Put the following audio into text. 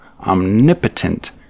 omnipotent